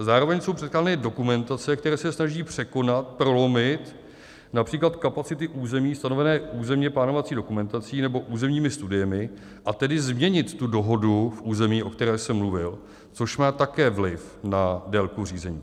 Zároveň jsou předkládány dokumentace, které se snaží překonat, prolomit například kapacity území stanovené územněplánovací dokumentací nebo územními studiemi, a tedy změnit tu dohodu v území, o které jsem mluvil, což má také vliv na délku řízení.